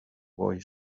boy